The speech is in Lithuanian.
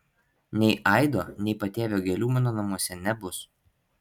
nei aido nei patėvio gėlių mano namuose nebus